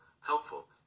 helpful